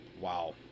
Wow